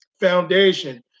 foundation